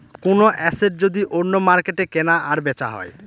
কোনো এসেট যদি অন্য মার্কেটে কেনা আর বেচা হয়